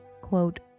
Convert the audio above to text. quote